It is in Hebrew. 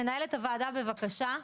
מנהלת הוועדה, בבקשה.